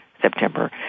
September